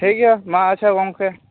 ᱴᱷᱤᱠ ᱜᱮᱭᱟ ᱢᱟ ᱟᱪᱪᱷᱟ ᱜᱚᱝᱠᱮ